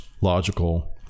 logical